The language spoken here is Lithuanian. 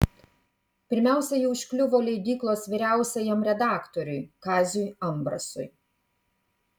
pirmiausia ji užkliuvo leidyklos vyriausiajam redaktoriui kaziui ambrasui